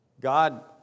God